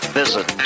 visit